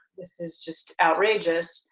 this is just outrageous.